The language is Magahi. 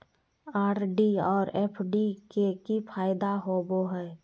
आर.डी और एफ.डी के की फायदा होबो हइ?